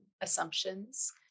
assumptions